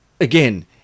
again